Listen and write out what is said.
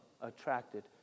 attracted